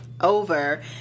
over